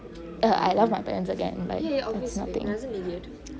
I love my parents again ya